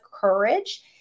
courage